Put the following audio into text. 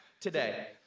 today